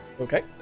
Okay